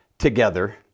together